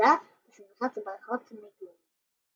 ומתכסה בשמיכת ברכות מגומי.